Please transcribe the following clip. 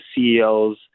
CEO's